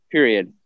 Period